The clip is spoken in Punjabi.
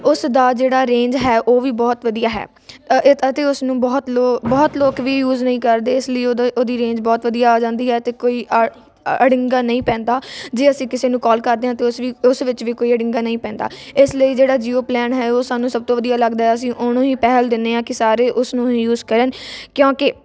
ਉਸ ਦਾ ਜਿਹੜਾ ਰੇਂਜ ਹੈ ਉਹ ਵੀ ਬਹੁਤ ਵਧੀਆ ਹੈ ਅ ਅਤੇ ਉਸਨੂੰ ਬਹੁਤ ਲੋ ਬਹੁਤ ਲੋਕ ਵੀ ਯੂਜ ਨਹੀਂ ਕਰਦੇ ਇਸ ਲਈ ਉਹਦੇ ਉਹਦੀ ਰੇਂਜ ਬਹੁਤ ਵਧੀਆ ਆ ਜਾਂਦੀ ਹੈ ਅਤੇ ਕੋਈ ਆ ਅੜਿੰਗਾ ਨਹੀਂ ਪੈਂਦਾ ਜੇ ਅਸੀਂ ਕਿਸੇ ਨੂੰ ਕਾਲ ਕਰਦੇ ਆ ਤੇ ਉਸ ਵੀ ਉਸ ਵਿੱਚ ਵੀ ਕੋਈ ਅੜਿੰਗਾ ਨਹੀਂ ਪੈਂਦਾ ਇਸ ਲਈ ਜਿਹੜਾ ਜੀਓ ਪਲੈਨ ਹੈ ਉਹ ਸਾਨੂੰ ਸਭ ਤੋਂ ਵਧੀਆ ਲੱਗਦਾ ਅਸੀਂ ਉਹਨੂੰ ਹੀ ਪਹਿਲ ਦਿੰਦੇ ਹਾਂ ਕਿ ਸਾਰੇ ਉਸ ਨੂੰ ਹੀ ਯੂਜ ਕਰਨ ਕਿਉਂਕਿ